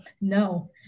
no